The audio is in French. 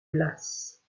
glace